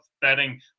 betting